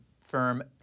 firm